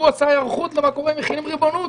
הוא עשה היערכות למה שקורה אם מחילים ריבונות,